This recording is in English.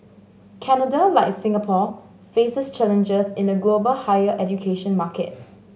Canada like Singapore faces challenges in a global higher education market